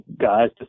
guys